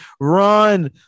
run